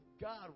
God